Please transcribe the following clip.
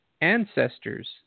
ancestors